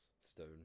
stone